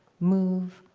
move?